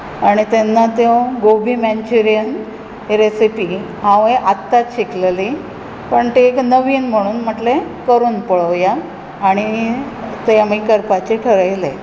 आनी तेन्ना त्यो गोबी मॅन्चुरियन रेसिपी हावें आतांच शिकलेली पण ते एक नवीन म्हणून म्हटलें करून पळोवया आनी तें आमी करपाचें ठरयलें